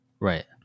right